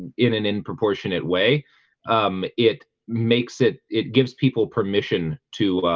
in an in-proportionate way um it makes it it gives people permission to